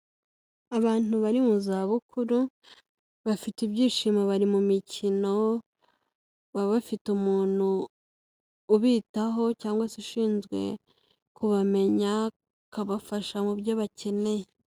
Abantu bari mu zabukuru, bafite ibyishimo bari mu mikino, baba bafite umuntu ubitaho cyangwa se ushinzwe kubamenya, akabafasha mu byo bakeneye.